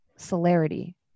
celerity